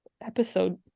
episode